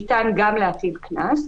ניתן גם להטיל קנס.